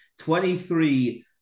23